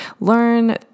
learn